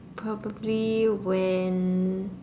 probably when